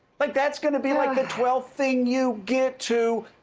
like that's going to be like the twelfth thing you get to.